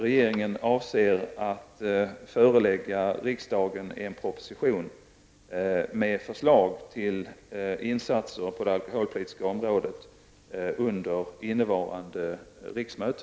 Regeringen avser att förelägga riksdagen en proposition med förslag till insatser på det alkoholpolitiska området under innevarande riksmöte.